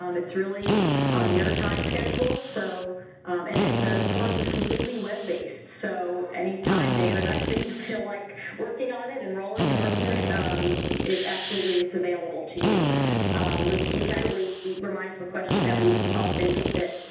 um it's really on your time schedule, so and it the course is completely web-based. so anytime day or night that you feel like working on it and rolling and working on it is absolutely it's available to you which which actually reminds the question that we often get that.